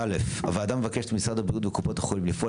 הוועדה מבקשת ממשרד הבריאות וקופות החולים לפעול